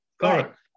correct